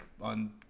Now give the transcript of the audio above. on